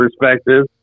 perspective